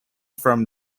from